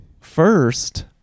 first